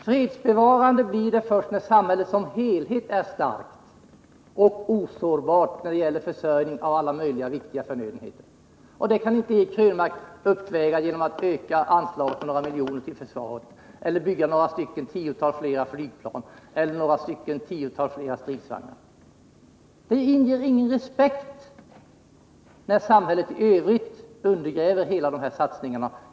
Fredsbevarande blir försvaret först när samhället som helhet är starkt och osårbart i fråga om försörjning av alla viktiga förnödenheter. Det kan inte Eric Krönmark åstadkomma genom att satsa några miljoner mer på försvaret eller bygga ytterligare något tiotal flygplan eller ytterligare något tiotal stridsvagnar. Det inger ingen respekt när vi låter samhället i övrigt bli så sårbart.